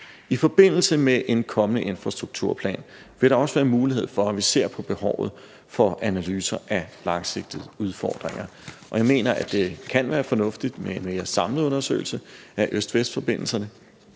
I forbindelse med en kommende infrastrukturplan vil der også være mulighed for, at vi ser på behovet for analyser af langsigtede udfordringer. Jeg mener, at det kan være fornuftigt med en mere samlet undersøgelse af øst-vest-forbindelserne.